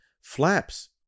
Flaps